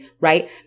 right